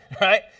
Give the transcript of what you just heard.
right